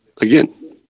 Again